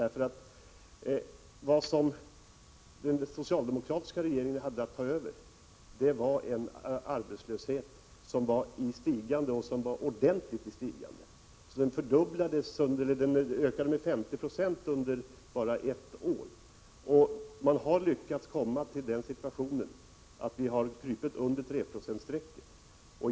Vad den socialdemokratiska regeringen hade att ta över var en arbetslöshet som var ordentligt i stigande. Den ökade med 50 § under bara ett år. Nu har man lyckats att krypa under 3-procentsstrecket.